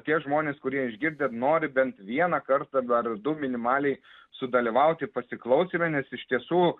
tie žmonės kurie išgirdę nori bent vieną kartą dar ir du minimaliai sudalyvauti pasiklausyme nes iš tiesų